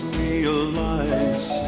realize